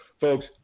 folks